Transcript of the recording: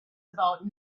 about